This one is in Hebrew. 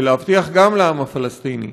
ולהבטיח גם לעם הפלסטיני,